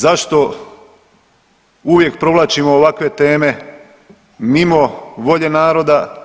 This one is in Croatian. Zašto uvijek provlačimo ovakve teme mimo volje naroda?